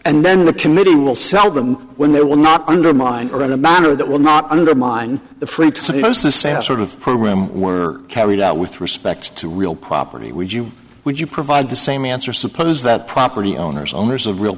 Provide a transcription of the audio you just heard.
and then the committee will sell them when they will not undermine or in a manner that will not undermine the franks and most assassin of program were carried out with respect to real property would you would you provide the same answer suppose that property owners owners of real